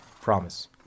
Promise